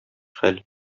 хәл